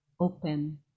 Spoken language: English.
open